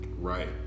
Right